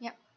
yup